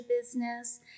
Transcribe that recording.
business